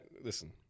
Listen